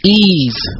ease